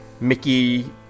Mickey